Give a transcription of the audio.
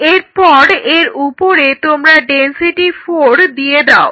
এরপর এর উপরে তোমরা ডেনসিটি 4 দিয়ে দাও